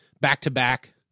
back-to-back